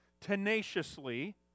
tenaciously